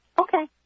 Okay